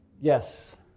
yes